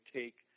take